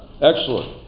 excellent